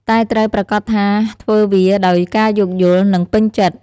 តែត្រូវប្រាកដថាធ្វើវាដោយការយោគយល់ និងពេញចិត្ត។